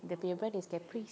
dia punya brand is Catrice